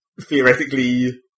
theoretically